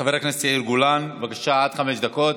חבר הכנסת יאיר גולן, בבקשה, עד חמש דקות.